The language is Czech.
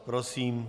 Prosím.